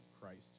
Christ